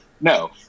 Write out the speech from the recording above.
No